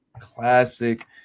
classic